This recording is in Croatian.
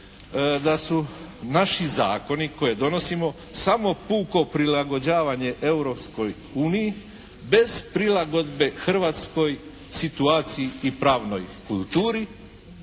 da su naši zakoni koje donosimo samo puko prilagođavanje Europskoj uniji bez prilagodbe hrvatskoj situaciji i pravnoj kulturi.